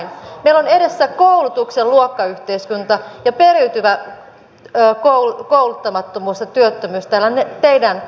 meillä on edessä koulutuksen luokkayhteiskunta ja periytyvä kouluttamattomuus ja työttömyys näillä teidän toimillanne